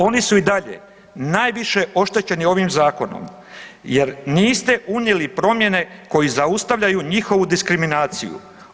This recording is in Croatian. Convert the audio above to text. Oni su i dalje najviše oštećeni ovim zakonom, jer niste unijeli promjene koji zaustavljaju njihovu diskriminaciju.